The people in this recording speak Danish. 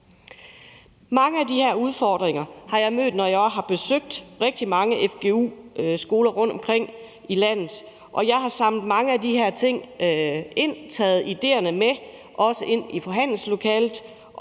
mange af de her udfordringer, når jeg har besøgt rigtig mange fgu-skoler rundtomkring i landet, og jeg har samlet mange af de her ting ind og tage idéerne med mig og også ind i forhandlingslokalet,